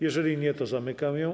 Jeżeli nie, to zamykam ją.